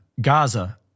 gaza